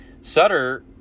Sutter